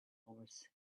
horse